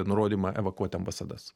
nurodymą evakuoti ambasadas